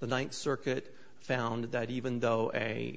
the ninth circuit found that even though a